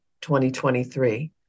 2023